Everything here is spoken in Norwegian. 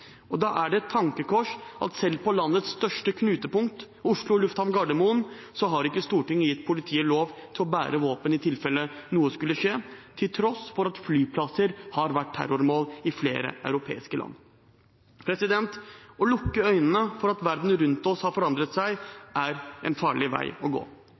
Da er det et tankekors at selv på landets største knutepunkt, Oslo lufthavn Gardermoen, har ikke Stortinget gitt politiet lov til å bære våpen i tilfelle noe skulle skje, til tross for at flyplasser har vært terrormål i flere europeiske land. Å lukke øynene for at verden rundt oss har forandret seg, er en farlig vei å gå.